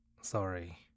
Sorry